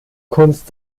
kunst